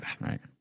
Right